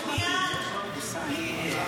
טרור יש רק בצד הזה.